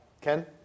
Ken